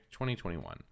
2021